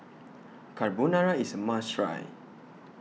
Carbonara IS A must Try